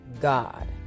God